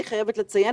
אני חייבת לציין,